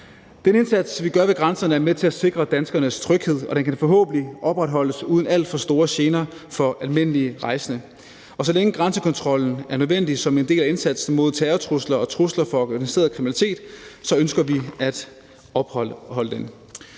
Den indsats, vi gør ved grænserne, er med til at sikre danskernes tryghed, og den kan forhåbentlig opretholdes uden alt for store gener for almindelige rejsende, og så længe grænsekontrollen er nødvendig som en del af indsatsen mod terrortrusler og trusler fra organiseret kriminalitet, ønsker vi at opretholde den.